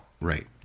Right